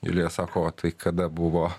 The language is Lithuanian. julija sako tai kada buvo